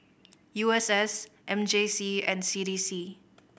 U S S M J C and C D C